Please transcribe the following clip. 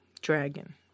Dragon